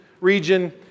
region